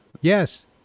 Yes